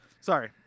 Sorry